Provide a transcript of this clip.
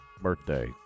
birthday